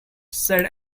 said